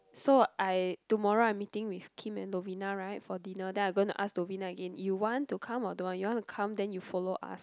so I tomorrow I'm meeting with Kim and Lovina right for dinner then I gonna ask Lovina again you want to come or don't want you want to come then you follow us